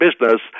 business